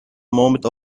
moment